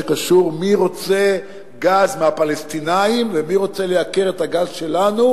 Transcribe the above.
שקשור במי רוצה גז מהפלסטינים ומי רוצה לייקר את הגז שלנו,